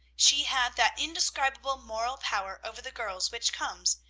she had that indescribable moral power over the girls which comes,